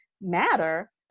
matter